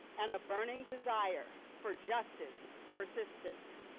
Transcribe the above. and a burning desire for justice persistence